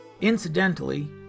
Incidentally